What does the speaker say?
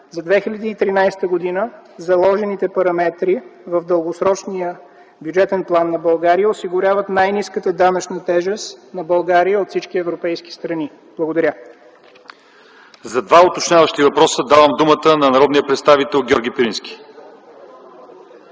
За 2013 г. заложените параметри в дългосрочния бюджетен план на България осигуряват най-ниската данъчна тежест на България от всички европейски страни. Благодаря. ПРЕДСЕДАТЕЛ ЛЪЧЕЗАР ИВАНОВ : За два уточняващи въпроса давам думата на народния представител Георги Пирински.